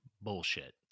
Bullshit